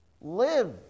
live